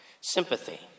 sympathy